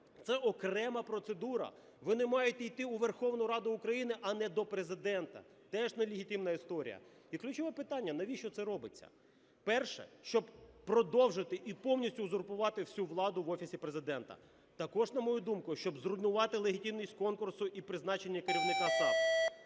це окрема процедура. Вони мають йти у Верховну Раду України, а не до Президента. Теж нелегітимна історія. І ключове питання: навіщо це робиться? Перше, щоб продовжити і повністю узурпувати всю владу в Офісі Президента. Також, на мою думку, щоб зруйнувати легітимність конкурсу і призначення керівника САП.